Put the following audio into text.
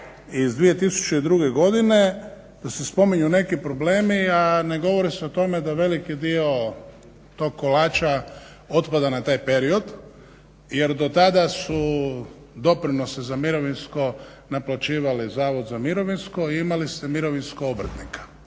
iz 2002.godine da se spominju neki problemi a ne govori se o tome da veliki dio tog kolača otpada na taj period jer do tada su doprinose za mirovinsko naplaćivali Zavod za mirovinsko i imali ste mirovinsko obrtnika,